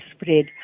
spread